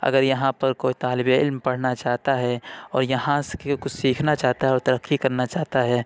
اگر یہاں پر کوئی طالبِ علم پڑھنا چاہتا ہے اور یہاں سے کچھ سیکھنا چاہتا ہے اور ترقی کرنا چاہتا ہے